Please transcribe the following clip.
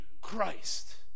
Christ